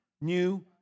new